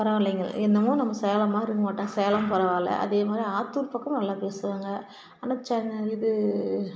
பரவால்லைங்கள் என்னமோ நம்ம சேலம் மாதிரி இருக்க மாட்டாங்க சேலம் பரவாயில்ல அதே மாதிரி ஆத்தூர் பக்கமும் நல்லா பேசுவாங்க ஆனால் சென்னை இது